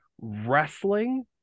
wrestling